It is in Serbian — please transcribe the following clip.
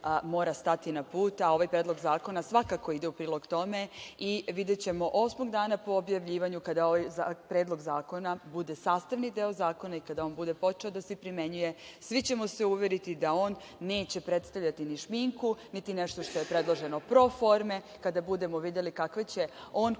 mora stati na put, a ovaj predlog zakona svakako ide u prilog tome i videćemo osmog dana po objavljivanju, kada ovaj predlog zakona bude sastavni deo zakona i kada on bude počeo da se primenjuje, svi ćemo se uveriti da on neće predstavljati ni šminku, niti nešto što je predloženo pro forme, kada budemo videli kakve će on